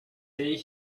day